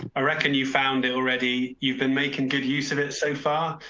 ah reckon you found it already. you've been making good use of it so far.